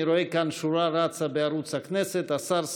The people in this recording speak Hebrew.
אני רואה כאן שורה רצה בערוץ הכנסת: השר סמוטריץ'